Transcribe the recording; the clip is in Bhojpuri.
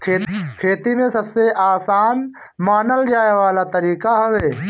खेती में सबसे आसान मानल जाए वाला तरीका हवे